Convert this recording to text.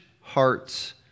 hearts